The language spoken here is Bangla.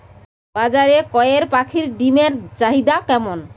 বাজারে কয়ের পাখীর ডিমের চাহিদা কেমন?